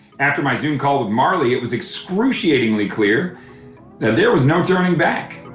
after my soon call with marli, it was excruciatingly clear that there was no turning back.